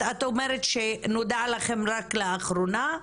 את אומרת שנודע לכם רק לאחרונה.